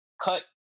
cut